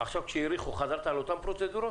עכשיו, כשהאריכו, חזרת על אותן פרוצדורות?